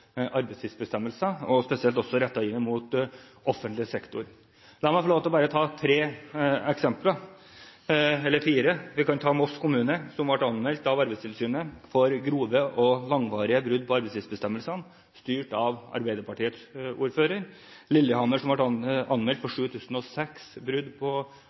og spesielt i 2011, har det vært en stor debatt knyttet til brudd på arbeidstidsbestemmelser, spesielt rettet mot offentlig sektor. La meg få lov til bare å ta tre eksempler: Vi kan ta Moss kommune, med ordfører fra Arbeiderpartiet, som ble anmeldt av Arbeidstilsynet for grove og langvarige brudd på arbeidstidsbestemmelsene, Lillehammer, styrt av Arbeiderpartiet, som ble anmeldt